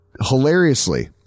Hilariously